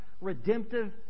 redemptive